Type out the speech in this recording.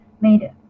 made